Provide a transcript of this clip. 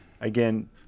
again